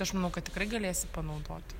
aš manau kad tikrai galėsi panaudoti